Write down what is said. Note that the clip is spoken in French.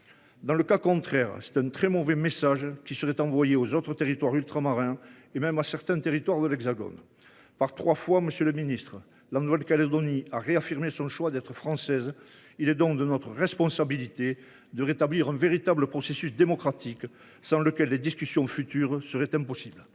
Sans cela, nous enverrions un très mauvais message aux autres territoires ultramarins, et même à certains territoires de l’Hexagone. Par trois fois, la Nouvelle Calédonie a réaffirmé son choix d’être française. Il est donc de notre responsabilité de rétablir un véritable processus démocratique sans lequel les discussions futures seraient impossibles.